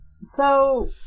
So-